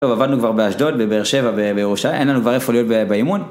טוב עבדנו כבר באשדוד, בבאר שבע, בירושלים, אין לנו כבר איפה להיות באימון